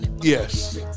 Yes